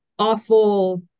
Awful